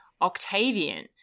Octavian